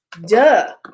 Duh